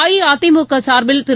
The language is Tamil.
அஇஅதிமுக சார்பில் திரு